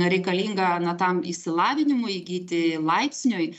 reikalinga na tam išsilavinimui įgyti laipsniui